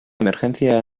emergencia